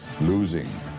losing